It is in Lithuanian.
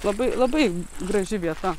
labai labai graži vieta